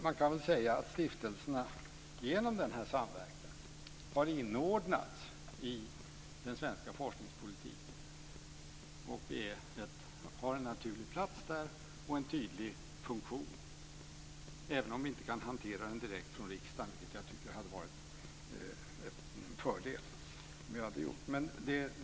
Man kan säga att stiftelserna genom den här samverkan har inordnats i den svenska forskningspolitiken, har en naturlig plats där och en tydlig funktion - även om vi inte kan hantera den direkt från riksdagen, vilket jag tycker hade varit en fördel om vi hade gjort.